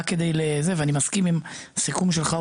ואני מסכים עם הסיכום שלך,